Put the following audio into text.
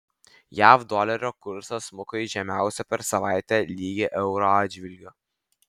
jav dolerio kursas smuko į žemiausią per savaitę lygį euro atžvilgiu